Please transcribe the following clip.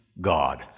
God